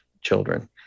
children